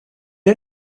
est